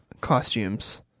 costumes